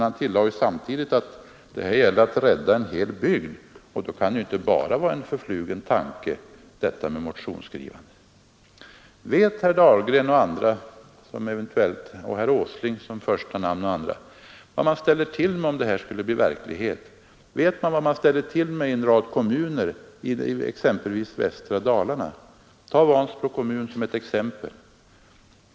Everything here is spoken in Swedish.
Han tillade ju samtidigt att det här gäller att rädda en hel bygd, och då kan ju detta motionsskrivandet inte bara vara en förflugen tanke. Vet herr Dahlgren, herr Åsling — som första namn — och andra vad man ställer till med om detta skulle bli verklighet? Vet man vad man ställer till med i en rad kommuner i exempelvis västra Dalarna? Ta Vansbro kommun som ett exempel!